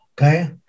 okay